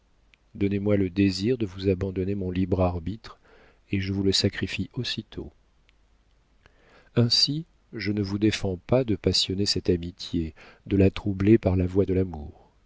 donnez-moi le désir de vous abandonner mon libre arbitre et je vous le sacrifie aussitôt ainsi je ne vous défends pas de passionner cette amitié de la troubler par la voix de l'amour